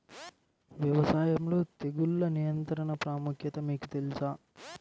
వ్యవసాయంలో తెగుళ్ల నియంత్రణ ప్రాముఖ్యత మీకు తెలుసా?